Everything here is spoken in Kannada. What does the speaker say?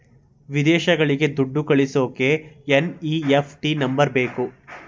ವಿದೇಶಗಳಿಗೆ ದುಡ್ಡು ಕಳಿಸೋಕೆ ಎನ್.ಇ.ಎಫ್.ಟಿ ನಂಬರ್ ಬೇಕು